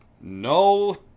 no